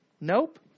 nope